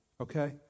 okay